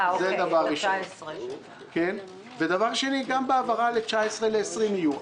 דבר שני, גם בהעברה ל-19', ל-20' יהיו.